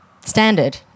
standard